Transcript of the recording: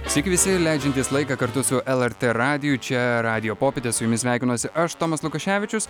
sveiki visi leidžiantys laiką kartu su lrt radiju čia radijo popietė su jumis sveikinuosi aš tomas lukaševičius